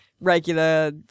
regular